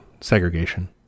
segregation